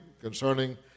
concerning